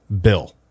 Bill